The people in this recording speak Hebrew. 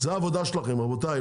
זו העבודה שלכם רבותיי,